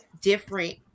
different